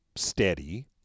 steady